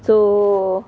so